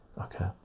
okay